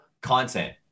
content